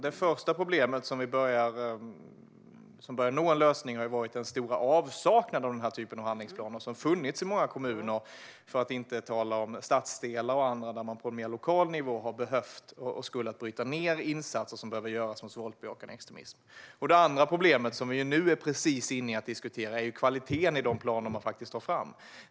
Det första, som vi börjar nå en lösning på, är den stora avsaknaden av handlingsplaner av denna typ i många kommuner, för att inte tala om stadsdelar och annat, där man på mer lokal nivå skulle ha behövt bryta ned insatser som behöver göras mot våldsbejakande extremism. Det andra problemet, som vi nu diskuterar, är kvaliteten hos de planer man faktiskt tar fram.